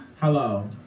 Hello